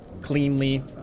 cleanly